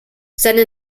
seine